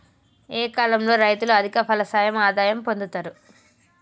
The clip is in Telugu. ఏ కాలం లో రైతులు అధిక ఫలసాయం ఆదాయం పొందుతరు?